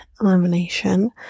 elimination